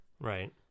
right